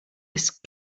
ist